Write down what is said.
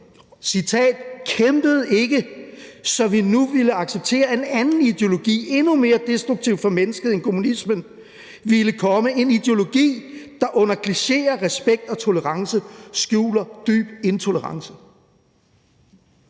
kæmpede ikke for, at vi nu vil acceptere, at en anden ideologi, som er endnu mere destruktiv for mennesket end kommunismen, skal komme, en ideologi, der under klichéer som respekt og tolerance skjuler en dyb intolerance.